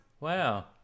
Wow